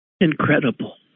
Incredible